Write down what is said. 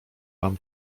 wam